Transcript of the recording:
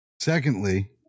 Secondly